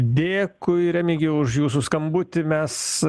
dėkui remigijau už jūsų skambutį mes